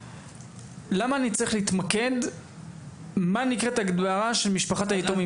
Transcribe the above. למה אני צריך להתמקד במה נקראת הגדרה של משפחת היתומים?